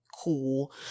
cool